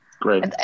Great